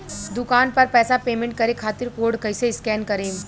दूकान पर पैसा पेमेंट करे खातिर कोड कैसे स्कैन करेम?